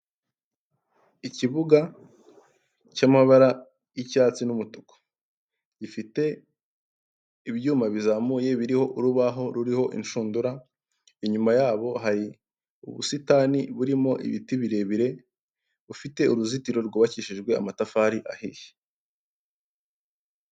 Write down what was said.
Ikibuga cy'amabara y'icyatsi n'umutuku gifite ibyuma bizamuye biriho urubaho ruriho inshundura, inyuma yabo hari ubusitani burimo ibiti birebire rufite uruzitiro rwubakishijwe amatafari ahiye.